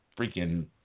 freaking